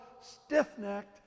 stiff-necked